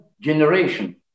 generation